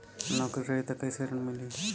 नौकरी रही त कैसे ऋण मिली?